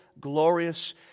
glorious